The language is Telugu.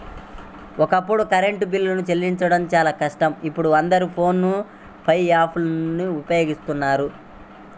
ఒకప్పుడు కరెంటు బిల్లులు చెల్లించడం చాలా కష్టం ఇప్పుడు అందరూ ఫోన్ పే యాప్ ను వినియోగిస్తున్నారు